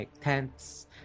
tents